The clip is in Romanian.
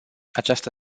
această